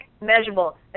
measurable